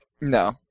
No